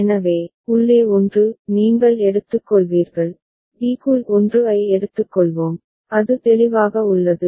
எனவே உள்ளே 1 நீங்கள் எடுத்துக்கொள்வீர்கள் b க்குள் 1 ஐ எடுத்துக்கொள்வோம் அது தெளிவாக உள்ளது